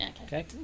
Okay